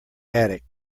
attic